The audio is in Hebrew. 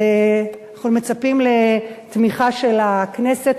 אנחנו מצפים לתמיכה של הכנסת.